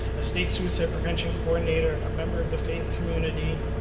a state suicide prevention coordinator, a member of the faith community,